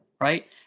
right